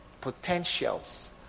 potentials